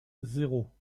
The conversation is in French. zéro